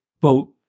boat